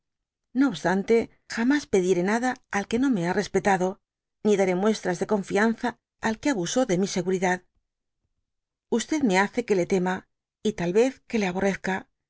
no obstante jamas pediré nada al que no rae ha respetado ni daré muestras de confianza al que abusó de mi seguridad me hace que le tema y tal vez que le aborrezca